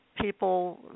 people